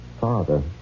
father